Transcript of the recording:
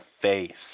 face